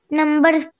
numbers